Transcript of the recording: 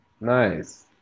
Nice